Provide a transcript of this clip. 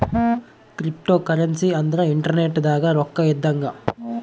cryptocurrency ಅಂದ್ರ internet ದಾಗ ರೊಕ್ಕ ಇದ್ದಂಗ